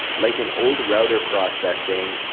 like an old router processing.